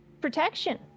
Protection